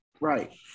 Right